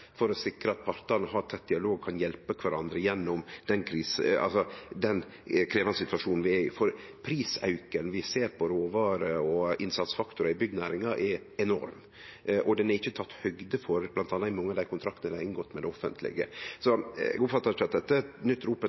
for å sikre at partane har tett dialog og kan hjelpe kvarandre gjennom den krevjande situasjonen vi er i. For prisauken vi ser på råvarer og innsatsfaktorar i byggnæringa, er enorm og ikkje teken høgd for i bl.a. mange av kontraktane dei har inngått med det offentlege. Eg oppfattar ikkje at dette er eit nytt